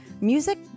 music